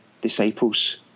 disciples